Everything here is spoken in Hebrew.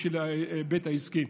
בשביל ההיבט העסקי.